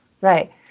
right